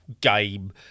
game